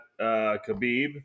Khabib